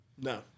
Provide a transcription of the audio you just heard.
No